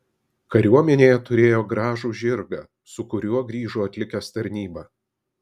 kariuomenėje turėjo gražų žirgą su kuriuo grįžo atlikęs tarnybą